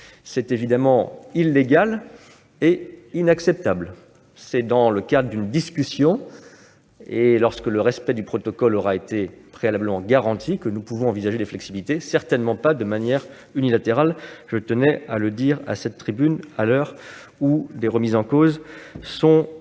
C'est évidemment illégal et inacceptable. C'est seulement dans le cadre d'une discussion, lorsque le respect du protocole aura été préalablement garanti, que nous pourrons envisager des flexibilités, mais certainement pas de manière unilatérale. Je tenais à le rappeler à cette tribune. Très bien ! En